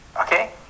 Okay